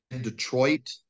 Detroit